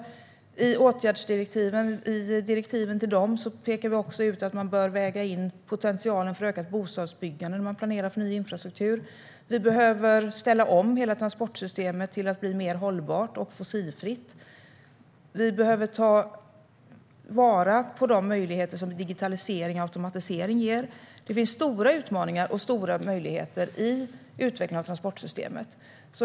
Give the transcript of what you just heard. I direktiven till åtgärdsplaneringen pekar vi också ut att man bör väga in potentialen för ökat bostadsbyggande när man planerar för ny infrastruktur. Vi behöver ställa om hela transportsystemet till att bli mer hållbart och fossilfritt. Vi behöver ta vara på de möjligheter som digitalisering och automatisering ger. Det finns stora utmaningar och stora möjligheter i utvecklingen av transportsystemet.